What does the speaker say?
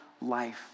life